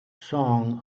song